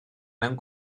mewn